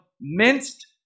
minced